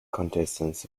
contestants